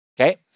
Okay